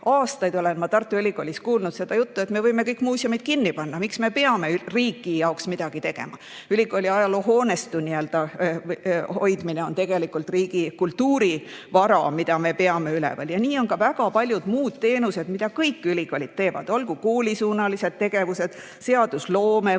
Aastaid olen ma Tartu Ülikoolis kuulnud seda juttu, et me võime kõik muuseumid kinni panna ja miks me peame riigi jaoks midagi tegema. Ülikooli ajalooline hoonestu on tegelikult riigi kultuurivara, mida me peame üleval. Samamoodi on ka väga paljude muude teenustega, mida kõik ülikoolid teevad: olgu koolisuunaline tegevus, seadusloome või